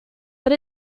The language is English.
but